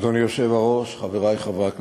אדוני היושב-ראש, חברי חברי הכנסת,